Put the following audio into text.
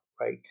right